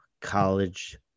College